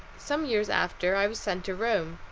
some years after i was sent to rome.